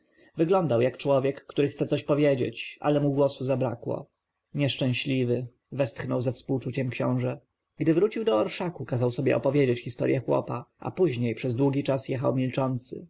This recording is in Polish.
wyglądał jak człowiek który chce coś powiedzieć ale mu głosu zabrakło nieszczęśliwy westchnął ze współczuciem książę gdy wrócił do orszaku kazał sobie opowiedzieć historję chłopa a później przez długi czas jechał milczący